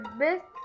best